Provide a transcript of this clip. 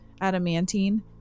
adamantine